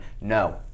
No